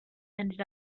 ended